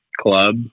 club